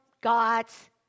God's